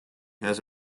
has